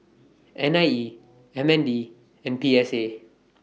N I E M N D and P S A